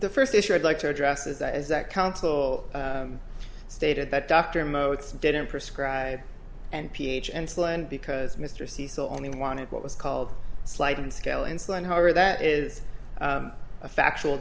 the first issue i'd like to address is that is that council stated that dr moats didn't prescribe and ph and sloan because mr cecil only wanted what was called sliding scale insulin however that is a factual